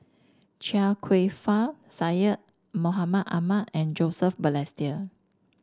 Chia Kwek Fah Syed Mohamed Ahmed and Joseph Balestier